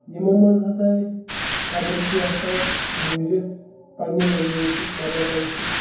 یِمو منٛز ہَسا أسۍ خبرٕ چھِ یَژھان بوٗزِتھ پنٛنہِ لنٛگویج سۭتۍ مَدَر ٹنٛگہِ سۭتۍ